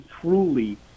truly